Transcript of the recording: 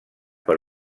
per